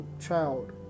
child